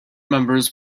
members